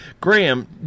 Graham